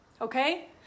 okay